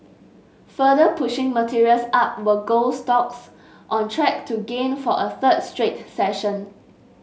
further pushing materials up were gold stocks on track to gain for a third straight session